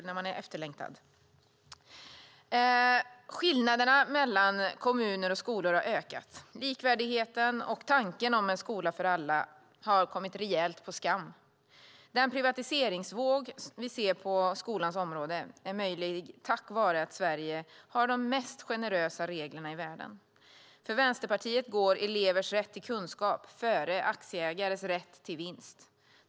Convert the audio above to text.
Herr talman! Skillnaderna mellan kommuner och skolor har ökat - likvärdigheten och tanken om en skola för alla har kommit rejält på skam. Den privatiseringsvåg vi ser på skolans område är möjlig tack vare att Sverige har de mest generösa reglerna i världen. För Vänsterpartiet går elevers rätt till kunskap före aktieägares rätt till vinst.